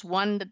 one